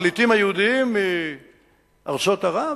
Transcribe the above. הפליטים היהודים מארצות ערב,